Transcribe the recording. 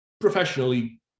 professionally